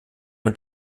mit